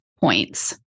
points